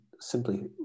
simply